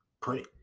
pray